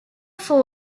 fall